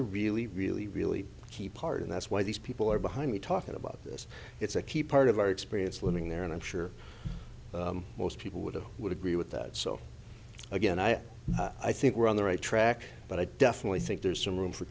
a really really really key part and that's why these people are behind me talking about this it's a key part of our experience living there and i'm sure most people would have would agree with that so again i i think we're on the right track but i definitely think there's some room for